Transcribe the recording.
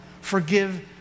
Forgive